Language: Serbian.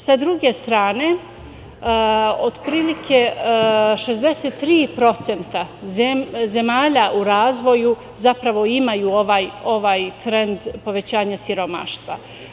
Sa druge strane, otprilike 63% zemalja u razvoju imaju ovaj trend povećanja siromaštva.